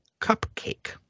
Cupcake